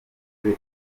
bwe